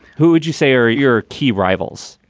who would you say are your key rivals?